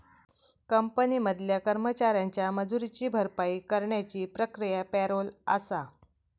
company मधल्या कर्मचाऱ्यांच्या मजुरीची भरपाई करण्याची प्रक्रिया पॅरोल आसा